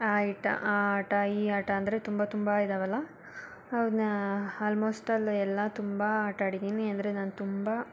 ಆ ಆಟ ಆ ಆಟ ಈ ಆಟ ಅಂದರೆ ತುಂಬ ತುಂಬ ಇದ್ದಾವಲ್ಲ ಅವುನ್ನ ಅಲ್ಮೋಸ್ಟ್ ಅಲ್ಲಿ ಎಲ್ಲ ತುಂಬ ಆಟಾಡಿದ್ದೀನಿ ಅಂದರೆ ನಾನು ತುಂಬ